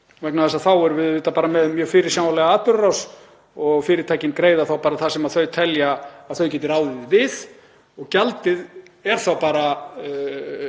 vegna þess að þá erum við auðvitað með mjög fyrirsjáanlega atburðarás og fyrirtækin greiða þá bara það sem þau telja að þau geti ráðið við og gjaldið er þá